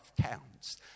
counts